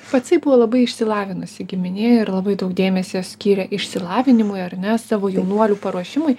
pacai buvo labai išsilavinusi giminė ir labai daug dėmesio skyrė išsilavinimui ar ne savo jaunuolių paruošimui